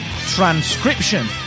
transcription